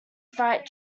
freight